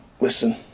listen